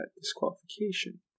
disqualification